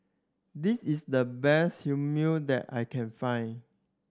this is the best Hummu that I can find